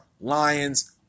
lions